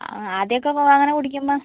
ആദ്യമൊക്കെ പോകാൻ നേരം കുടിക്കുമ്പോൾ